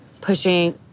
pushing